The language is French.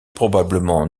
probablement